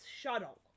shuttle